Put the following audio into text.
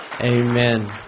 Amen